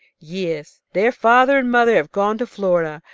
yes, their father and mother have gone to florida,